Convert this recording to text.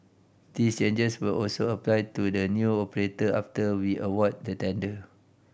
these changes will also apply to the new operator after we award the tender